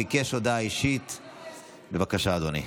בבקשה, אדוני.